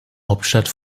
hauptstadt